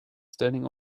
standing